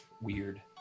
weird